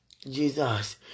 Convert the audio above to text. Jesus